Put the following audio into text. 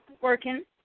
working